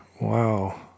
wow